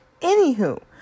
anywho